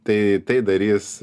tai tai darys